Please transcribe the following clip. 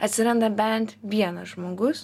atsiranda bent vienas žmogus